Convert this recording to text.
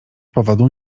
powodu